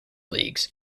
leagues